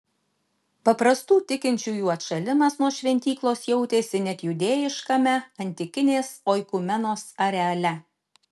paprastų tikinčiųjų atšalimas nuo šventyklos jautėsi net judėjiškame antikinės oikumenos areale